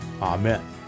Amen